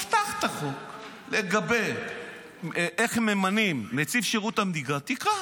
פתח את החוק לגבי איך ממנים נציב שירות מדינה ותקרא.